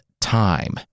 time